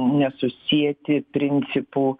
nesusieti principų